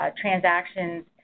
transactions